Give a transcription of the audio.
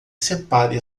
separe